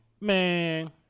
Man